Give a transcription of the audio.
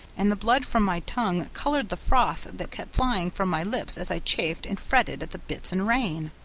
and the blood from my tongue colored the froth that kept flying from my lips as i chafed and fretted at the bits and rein.